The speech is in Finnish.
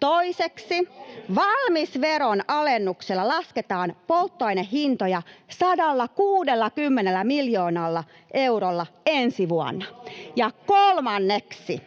Toiseksi valmisteveron alennuksella lasketaan polttoainehintoja 160 miljoonalla eurolla ensi vuonna. [Antti Kurvinen: Se on kalliimpaa!] Ja kolmanneksi